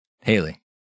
Haley